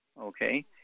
Okay